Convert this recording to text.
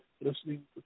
listening